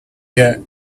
yet